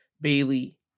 Bailey